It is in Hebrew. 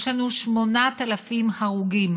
יש לנו 8,000 הרוגים